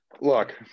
Look